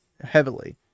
heavily